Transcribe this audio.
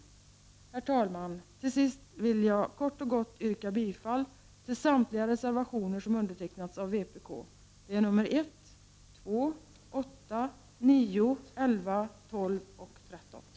Herr talman! Till sist vill jag kort och gott yrka bifall till samtliga reservationer där mitt namn förekommer. Det är nr 1, 2, 8,9, 11, 12 och 13.